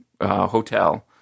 hotel